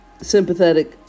sympathetic